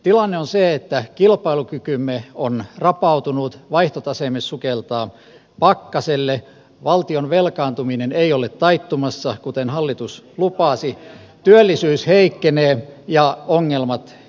tilanne on se että kilpailukykymme on rapautunut vaihtotaseemme sukeltaa pakkaselle valtion velkaantuminen ei ole taittumassa kuten hallitus lupasi työllisyys heikkenee ja ongelmat kasaantuvat